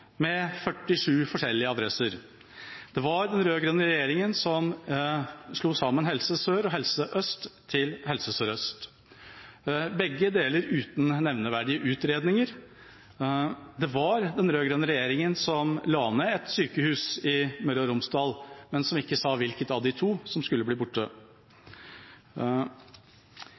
med 47 forskjellige adresser. Det var den rød-grønne regjeringa som slo sammen Helse Sør og Helse Øst til Helse Sør-Øst – begge deler uten nevneverdige utredninger. Det var den rød-grønne regjeringa som la ned et sykehus i Møre og Romsdal, men som ikke sa hvilket av de to som skulle bli borte.